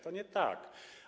To nie tak.